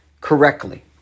correctly